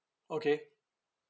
okay